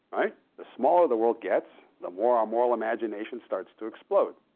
right. the smaller the world gets, the more our moral imagination starts to explode.